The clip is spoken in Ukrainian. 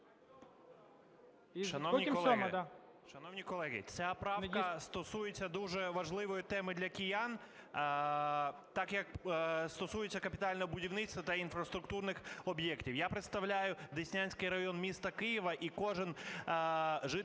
Шановні колеги, ця правка стосується дуже важливої теми для киян, так як стосується капітального будівництва та інфраструктурних об'єктів. Я представляю Деснянський район міста Києва, і кожен житель